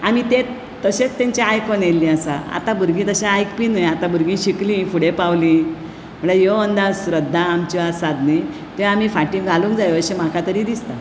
आमी तें तशेंच तांचे आयकून येयल्ली आसा आतां भुरगीं तशें आयकपी न्हय आतां भुरगीं शिकलीं फुडें पावली म्हटल्यार ह्यो अंधश्रद्धा आमच्यो आसात न्ही त्यो आमी फाटी घालूंक जाय अशें म्हाका तरी दिसता